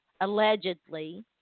allegedly